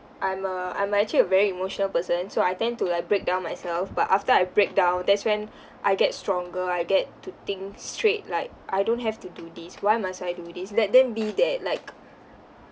I'm a I'm actually a very emotional person so I tend to like break down myself but after I break down that's when I get stronger I get to think straight like I don't have to do this why must I do this let them be that like